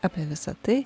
apie visa tai